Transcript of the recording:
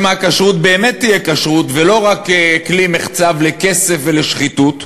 שמא הכשרות באמת תהיה כשרות ולא רק כלי מחצב לכסף ולשחיתות,